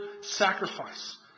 sacrifice